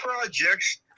projects